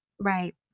Right